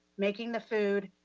making the food,